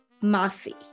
Massey